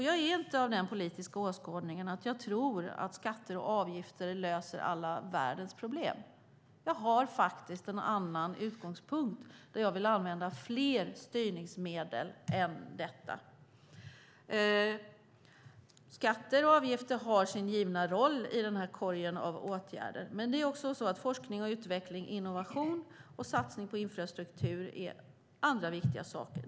Jag är inte av den politiska åskådningen att jag tror att skatter och avgifter löser alla världens problem. Jag har en annan utgångspunkt som innebär att jag vill använda fler styrmedel än dessa. Skatter och avgifter har sin givna roll i den här korgen av åtgärder, men forskning och utveckling, innovation och satsning på infrastruktur är andra viktiga saker.